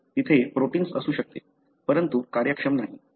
तेथे प्रोटिन्स असू शकते परंतु कार्यक्षम नाही